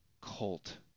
cult